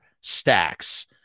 Stacks